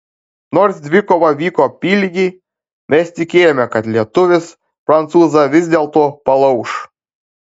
nors dvikova vyko apylygiai mes tikėjome kad lietuvis prancūzą vis dėlto palauš